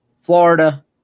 Florida